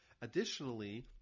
additionally